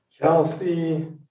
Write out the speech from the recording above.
Kelsey